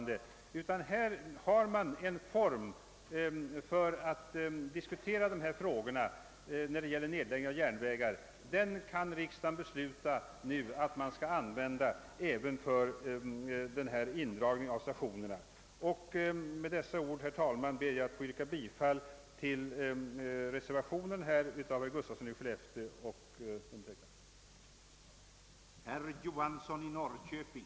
Det finns ju en arbetsform när det gäller nedläggning av järnvägar, och jag anser att riksdagen kan besluta att använda den även för indragning av stationer. Med dessa ord, herr talman, ber jag att få yrka bifall till reservationen av herr Gustafsson i Skellefteå och mig.